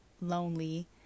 lonely